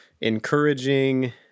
encouraging